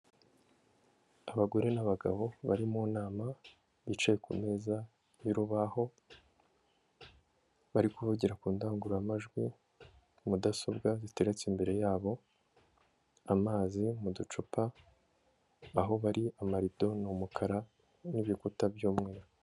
Abagore n'abagabo bari mu nama bicaye ku meza y'urubaho, bari kuvugira ku ndangururamajwi, mudasobwa ziteretse imbere yabo, amazi mu ducupa, aho bari amarido ni umukara n'ibikuta by'umweru.